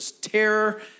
terror